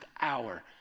hour